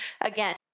Again